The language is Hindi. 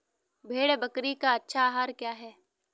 भेड़ बकरी का अच्छा आहार क्या है?